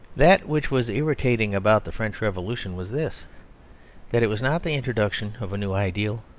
that which was irritating about the french revolution was this that it was not the introduction of a new ideal,